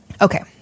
okay